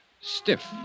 Stiff